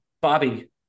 Bobby